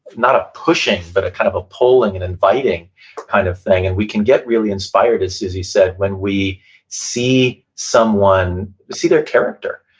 not a pushing, but kind of a pulling and inviting kind of thing, and we can get really inspired, as suzy said, when we see someone, see their character,